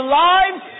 lives